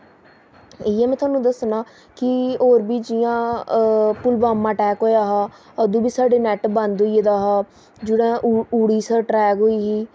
इ'यै में तुहानूं दस्सना कि होर बी जि'यां पुलवामा अटैक होआ हा अंदू बी साढ़े नैट्ट बंद होई गेदा हा जेह्ड़ा उड़ी स्ट्राइक होई ही